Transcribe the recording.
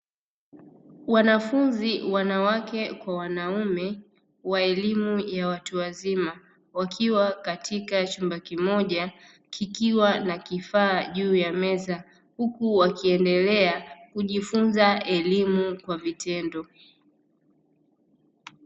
Wanafunzi (wanawake kwa wanaume) wa elimu ya watu wazima, wakiwa katika chumba kimoja kikiwa na kifaa juu ya meza, huku wakiendelea kujifunza elimu kwa vitendo.